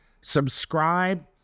subscribe